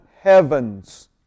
heavens